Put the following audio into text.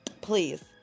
Please